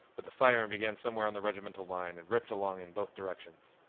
but the firing began somewhere on the regimental line and ripped along in both directions.